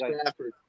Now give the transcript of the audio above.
Stafford